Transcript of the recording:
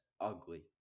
ugly